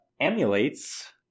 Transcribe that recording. emulates